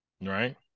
right